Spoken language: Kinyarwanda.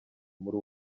muri